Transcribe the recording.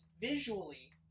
visually